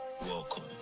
Welcome